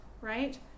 Right